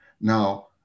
Now